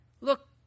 look